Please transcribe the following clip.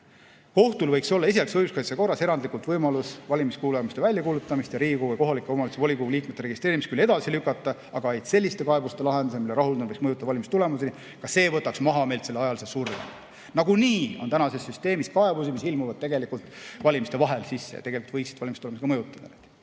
Kohtul võiks olla esialgse õiguskaitse korras erandlikult võimalus valimistulemuste väljakuulutamist ja Riigikogu või kohaliku omavalitsuse volikogu liikmete registreerimist küll edasi lükata, aga vaid selliste kaebuste lahendamisel, mille rahuldamine võiks mõjutada valimistulemusi. Ka see võtaks maha meilt selle ajalise surve. Nagunii on tänases süsteemis kaebusi, mis ilmuvad valimiste vahel ja tegelikult võiksid ka valimistulemusi mõjutada. Paluksin